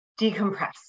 decompress